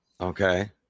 Okay